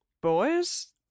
boys